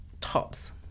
tops